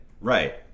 Right